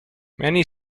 many